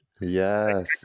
yes